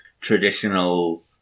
traditional